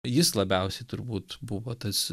jis labiausiai turbūt buvo tas